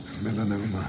melanoma